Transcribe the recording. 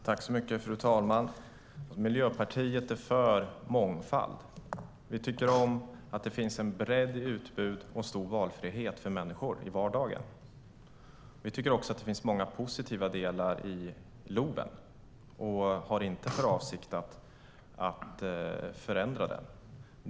Fru talman! Miljöpartiet är för mångfald. Vi tycker om att det finns en bredd i utbud och stor valfrihet för människor i vardagen. Vi tycker också att det finns många positiva delar i LOV och har inte för avsikt att förändra den.